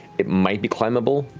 it might be climbable,